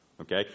okay